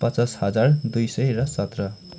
पचास हजार दुई सय र सत्र